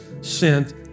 sent